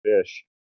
fish